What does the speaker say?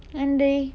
நன்றி:nandri